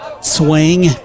Swing